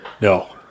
No